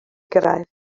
gyrraedd